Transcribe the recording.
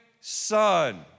son